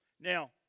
Now